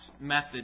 method